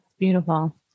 Beautiful